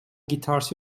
guitars